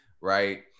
Right